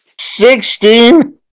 Sixteen